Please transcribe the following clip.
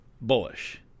bullish